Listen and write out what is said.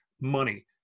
money